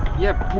yep.